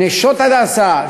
"נשות הדסה".